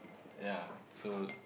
ya so